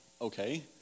okay